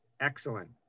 Excellent